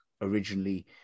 originally